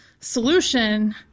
solution